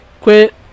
quit